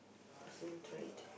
personal trait